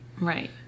Right